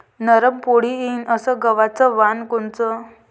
नरम पोळी येईन अस गवाचं वान कोनचं?